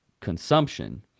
consumption